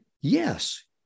yes